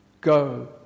Go